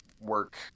work